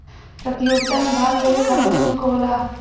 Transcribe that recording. प्रतियोगिता मे भाग लेवे खतिर सुल्क होला